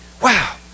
wow